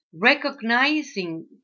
recognizing